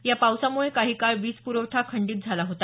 या पावसामुळे काही काळ वीज प्रवठा खंडीत झाला होता